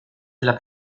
della